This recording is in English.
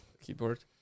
Keyboard